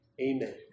amen